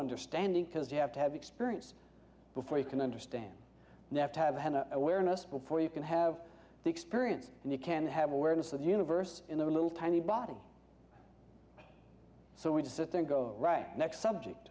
understanding because you have to have experience before you can understand they have to have had a where most before you can have the experience and you can have awareness of the universe in a little tiny body so we just sit there and go right next subject